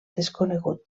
desconegut